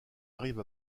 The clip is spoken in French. arrive